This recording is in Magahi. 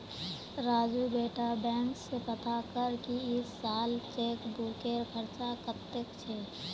राजू बेटा बैंक स पता कर की इस साल चेकबुकेर खर्च कत्ते छेक